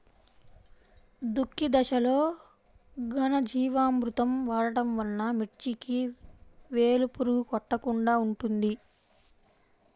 దుక్కి దశలో ఘనజీవామృతం వాడటం వలన మిర్చికి వేలు పురుగు కొట్టకుండా ఉంటుంది?